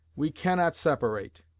we cannot separate.